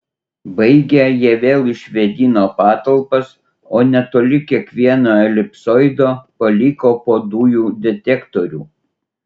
baigę jie vėl išvėdino patalpas o netoli kiekvieno elipsoido paliko po dujų detektorių